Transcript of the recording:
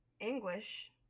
anguish